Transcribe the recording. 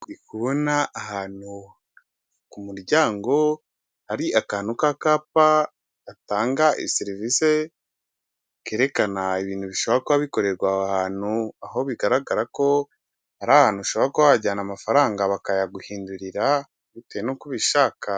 Kubona ahantu ku muryango, hari akantu k'akapa atanga iyi serivisi, kerekana ibintu bishobora kuba bikorerwa aho ahantu, aho bigaragara ko ari ahantu ushobora kuba wajyana amafaranga bakayaguhindurira bite nuko ubishaka.